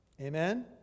Amen